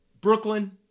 Brooklyn